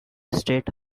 state